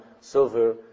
silver